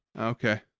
Okay